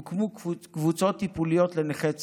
הוקמו קבוצות טיפוליות לנכי צה"ל.